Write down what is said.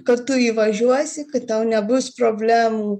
kad tu įvažiuosi kad tau nebus problemų